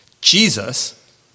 Jesus